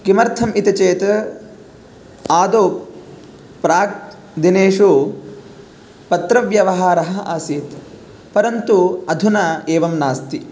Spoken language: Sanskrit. किमर्थम् इति चेत् आदौ प्राक् दिनेषु पत्रव्यवहारः आसीत् परन्तु अधुना एवं नास्ति